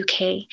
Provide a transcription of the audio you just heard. UK